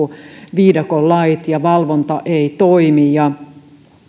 viidakon lait ja valvonta ei toimi